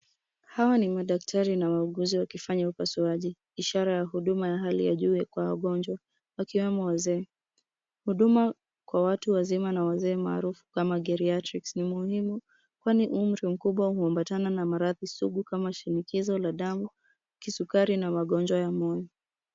Hawa ni madaktari na wauguuzi wakifanya upasuaji ishara ya huduma ya hali ya juu ya kuokoa wagonjwa wakiwemo wazee. Huduma kwa watu wazima na wazee maarufu kama geriatrics ni muhimu kwani umri mkubwa huamabatana na maradhi suguu kama shinikizo la damu, kisukari na magonjwa ya moyo.